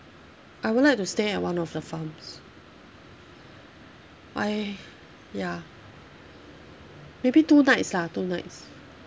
I would like to stay at one of the farms why ya maybe two nights lah two nights